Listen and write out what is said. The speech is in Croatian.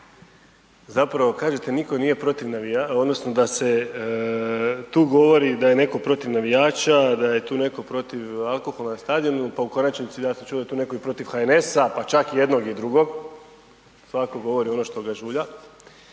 zapravo kažete niko nije protiv navijača odnosno da se tu govori da je neko protiv navijača, da je tu neko protiv alkohola na stadionu, pa u konačnici, ja sam čuo da je tu neko i protiv HNS-a, pa čak jednog i drugog, svako govori ono što ga žulja,